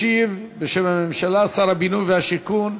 ישיב בשם הממשלה שר הבינוי והשיכון,